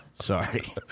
Sorry